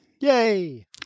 Yay